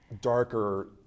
darker